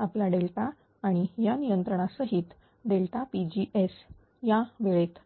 आपला डेल्टा आणि या नियंत्रणा सहित Pg या वेळेत